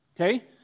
Okay